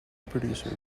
producer